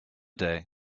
day